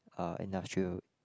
uh industrial